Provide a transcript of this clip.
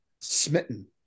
smitten